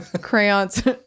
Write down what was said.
crayons